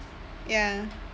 ya